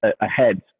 ahead